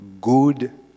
good